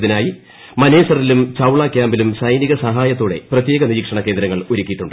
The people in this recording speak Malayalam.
ഇതിനായി മനേസറിലും ചൌളാകൃാമ്പിലും സൈനിക സഹായത്തോടെ പ്രത്യേക നിരീക്ഷണ കേന്ദ്രങ്ങൾ ഒരുക്കിയിട്ടുണ്ട്